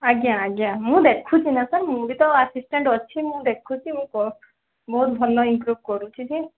ଆଜ୍ଞା ଆଜ୍ଞା ମୁଁ ଦେଖୁଛି ନା ସାର୍ ମୁଁ ବିତ ଆସିଷ୍ଟାଣ୍ଡ୍ ଅଛି ମୁଁ ଦେଖୁଛି ମୁଁ ବହୁତ ଭଲ ଇମ୍ପୃଭ୍ କରୁଛି ସେ